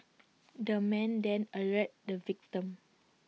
the man then alerted the victim